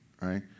right